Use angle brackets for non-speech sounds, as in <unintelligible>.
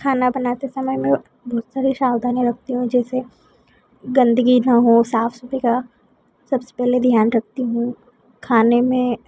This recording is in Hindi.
खाना बनाते समय मैं <unintelligible> बहुत सावधानी रखती हूँ जैसे गंदगी ना हो साफ सफाई सबसे पहले ध्यान रखती हूँ खाने में